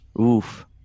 Oof